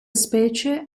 specie